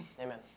Amen